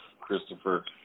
Christopher